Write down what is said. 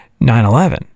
9-11